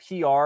PR